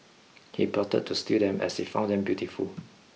he plotted to steal them as he found them beautiful